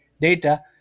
data